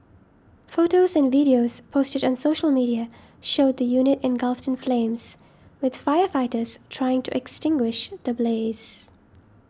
photos and videos posted on social media showed the unit engulfed in flames with firefighters trying to extinguish the blaze